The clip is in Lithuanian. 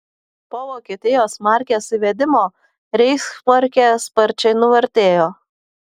po vokietijos markės įvedimo reichsmarkė sparčiai nuvertėjo